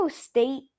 State